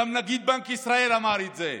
גם נגיד בנק ישראל אמר את זה,